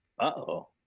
Uh-oh